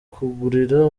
kugurira